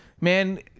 Man